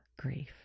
grief